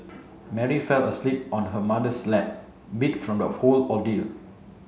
Mary fell asleep on her mother's lap beat from the whole ordeal